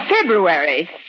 February